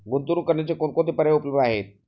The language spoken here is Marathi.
गुंतवणूक करण्याचे कोणकोणते पर्याय उपलब्ध आहेत?